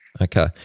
Okay